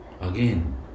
again